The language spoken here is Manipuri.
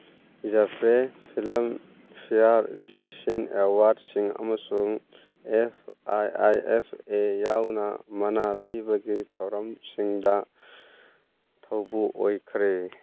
ꯖꯐ꯭ꯔꯦ ꯐꯤꯂꯝ ꯐꯤꯌꯥꯔ ꯖꯦ ꯁꯤꯟ ꯑꯦꯋꯥꯔꯠꯁꯤꯡ ꯑꯃꯁꯨꯡ F I I F A ꯌꯥꯎꯅ ꯃꯅꯥ ꯄꯤꯕꯒꯤ ꯊꯧꯔꯝꯁꯤꯡꯗ ꯊꯧꯕꯨ ꯑꯣꯏꯈ꯭ꯔꯦ